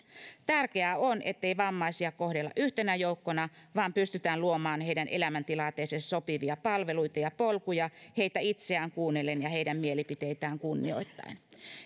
tärkeää on ettei vammaisia kohdella yhtenä joukkona vaan pystytään luomaan heidän elämäntilanteeseensa sopivia palveluita ja polkuja heitä itseään kuunnellen ja heidän mielipiteitään kunnioittaen arvoisa